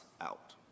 out